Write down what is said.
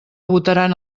votaran